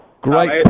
Great